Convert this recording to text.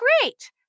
great